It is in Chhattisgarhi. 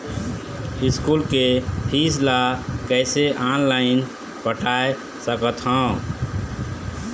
स्कूल के फीस ला कैसे ऑनलाइन पटाए सकत हव?